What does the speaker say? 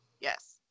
Yes